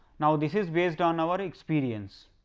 now, this is based on our experience.